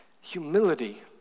Humility